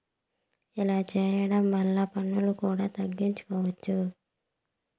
ఇలా చేయడం వల్ల పన్నులు కూడా తగ్గించుకోవచ్చు